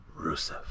Rusev